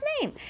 name